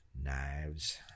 Knives